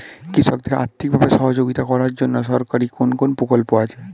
কৃষকদের আর্থিকভাবে সহযোগিতা করার জন্য সরকারি কোন কোন প্রকল্প আছে?